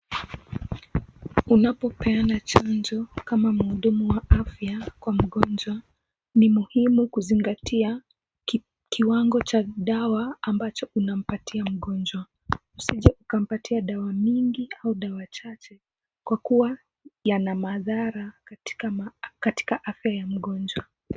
Unapopeana chanjo kama muhudumu wa afya kwa mgonjwa, ni muhimu kuzingatia kiwango cha dawa ambacho unampatia mgonjwa, usije ukampatia dawa mingi au dawa chache kwa kuwa yana madhara katika afya ya mgonjwa.